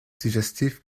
digestif